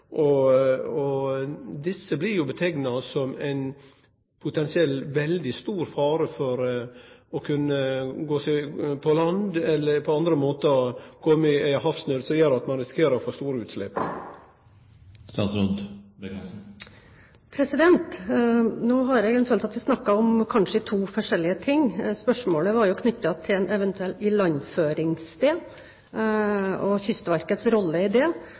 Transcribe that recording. blir beskrivne som å ha ein potensiell veldig stor fare for å kunne gå på land eller på andre måtar å kunne kome i havsnød som gjer at ein risikerer å få store utslepp. Nå har jeg en følelse av at vi kanskje snakker om to forskjellige ting. Spørsmålet var jo knyttet til et eventuelt ilandføringssted og Kystverkets rolle i det.